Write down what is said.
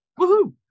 Woohoo